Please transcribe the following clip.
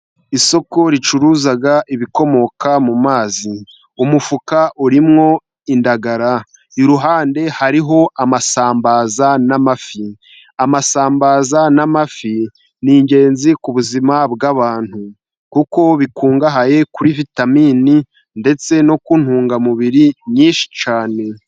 Isoko ricuruza ibikomoka mu mazi. umufuka urimo indagara ,iruhande hariho isambaza n'amafi . Isambaza n'amafi ni ingenzi ku buzima bw'abantu kuko bikungahaye kuri vitamini ndetse no ku ntungamubiri nyinshi cyane.